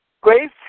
Grace